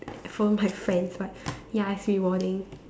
follow my friends right ya it's rewarding